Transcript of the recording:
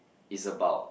it's about